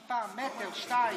תתקרב אליו טיפה, מטר-שניים.